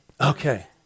Okay